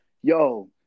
yo